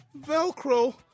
Velcro